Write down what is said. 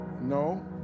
No